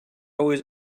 always